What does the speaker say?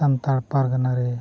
ᱥᱟᱱᱛᱟᱞ ᱯᱟᱨᱜᱟᱱᱟ ᱨᱮ